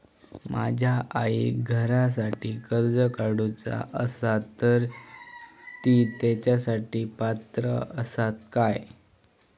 माझ्या आईक घरासाठी कर्ज काढूचा असा तर ती तेच्यासाठी पात्र असात काय?